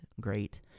great